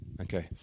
Okay